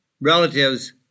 relatives